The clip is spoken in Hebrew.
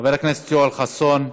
חבר הכנסת יואל חסון,